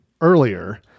earlier